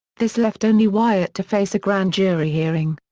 this left only wyatt to face a grand jury hearing.